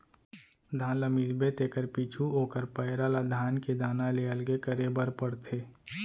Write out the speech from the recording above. धान ल मिसबे तेकर पीछू ओकर पैरा ल धान के दाना ले अलगे करे बर परथे